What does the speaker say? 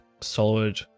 solid